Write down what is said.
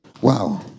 Wow